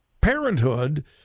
Parenthood